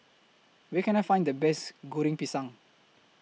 Where Can I Find The Best Goreng Pisang